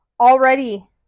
Already